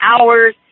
hours